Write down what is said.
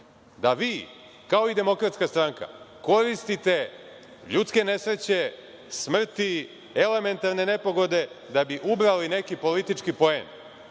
da vi, kao i DS, koristite ljudske nesreće, smrti, elementarne nepogode da bi ubrali neki politički poen. Ja